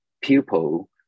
pupil